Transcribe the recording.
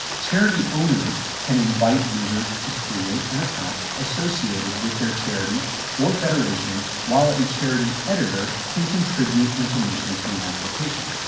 charity owners can invite users to create an account associated with their charity or federation while a charity editor can contribute information to an application.